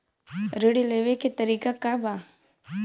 ऋण लेवे के तरीका का बा?